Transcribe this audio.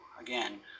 again